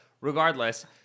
regardless